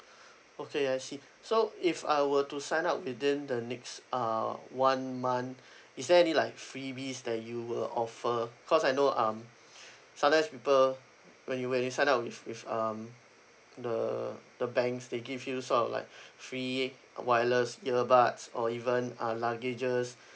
okay I see so if I were to sign up within the next uh one month is there any like freebies that you will offer cause I know um sometimes people when you when you sign up with with um the the banks they give you sort of like free uh wireless earbuds or even uh luggages